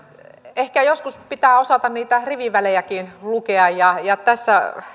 ehkä joskus pitää osata niitä rivinvälejäkin lukea ja ja tässä